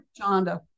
Shonda